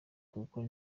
kuko